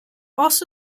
also